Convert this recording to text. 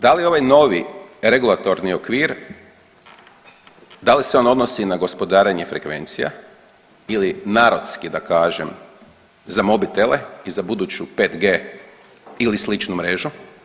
Da li ovaj novi regulatorni okvir, da li se on odnosi na gospodarenje frekvencija ili narodski da kažem za mobitele i za buduću 5G ili sličnu mrežu?